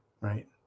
right